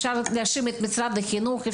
אפשר להאשים את משרד החינוך,